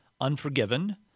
unforgiven